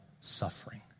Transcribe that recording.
suffering